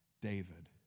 David